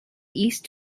east